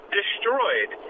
destroyed